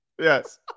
yes